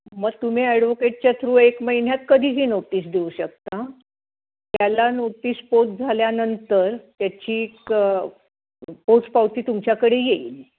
मग तुम्ही ॲडवोकेटच्या थ्रू एक महिन्यात कधीही नोटिस देऊ शकता त्याला नोटीस पोच झाल्यानंतर त्याची एक पोचपावती तुमच्याकडे येईल